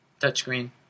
touchscreen